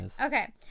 Okay